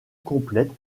complète